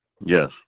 Yes